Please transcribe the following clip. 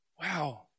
Wow